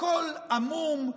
הכול עמום,